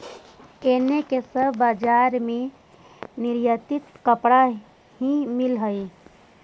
एने के सब बजार में निर्यातित कपड़ा ही मिल हई